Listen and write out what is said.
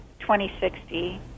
2060